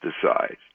decide